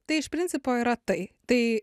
tai iš principo yra tai tai